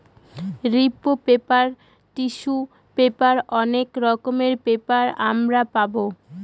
রিপ্র paper, tissue paper অনেক রকমের পেপার আমরা পাবো